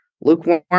lukewarm